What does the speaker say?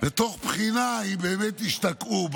ותוך בחינה אם השתקעו בה,